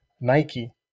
Nike